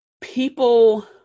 people